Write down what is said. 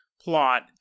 plot